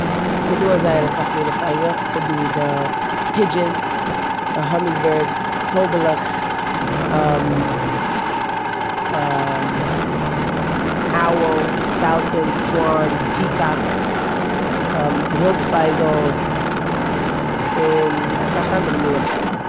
ס'דא זייער אסאך מינע פייגלעך. ס'דא פידשענס, די האמינגבירדס, טויבעלעך אוולס, פעלקאנס, סוואן, פיקאק, די רויב פייגל און אסאך אנדערע מינע.